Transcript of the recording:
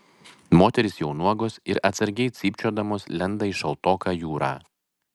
moterys jau nuogos ir atsargiai cypčiodamos lenda į šaltoką jūrą